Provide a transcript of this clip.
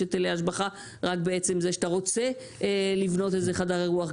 יש היטלי השבחה רק בעצם זה שאתה רוצה לבנות איזה חדר אירוח.